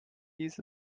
hieß